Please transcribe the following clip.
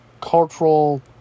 cultural